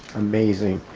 amazing.